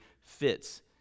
fits